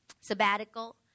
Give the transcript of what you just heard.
sabbatical